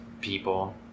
people